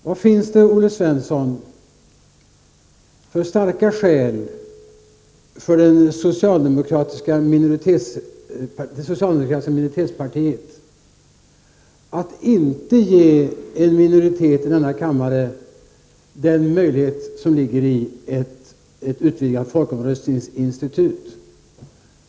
Olle Svensson, vad finns det för starka skäl för det socialdemokratiska minoritetspartiet att inte ge en minoritet i denna kammare den möjlighet som ligger i ett utvidgat folkomröstningsinstitut?